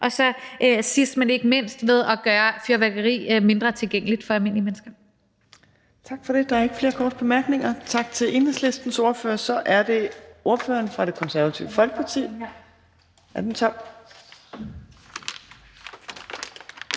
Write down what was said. – og sidst, men ikke mindst, ved at gøre fyrværkeri mindre tilgængeligt for almindelige mennesker. Kl. 14:24 Fjerde næstformand (Trine Torp): Tak for det. Der er ikke flere korte bemærkninger. Tak til Enhedslistens ordfører. Så er det ordføreren for Det Konservative Folkeparti. Sikken en